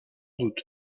doute